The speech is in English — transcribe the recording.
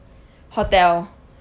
hotel